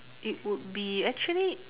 it would be actually